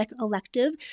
elective